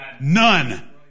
None